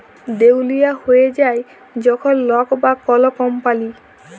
দেউলিয়া হঁয়ে যায় যখল লক বা কল কম্পালি